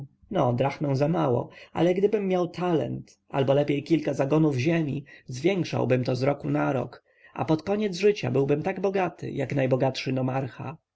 no drachma za mało ale gdybym miał talent albo lepiej kilka zagonów ziemi zwiększałbym to z roku na rok a pod koniec życia byłbym tak bogaty jak najbogatszy nomarcha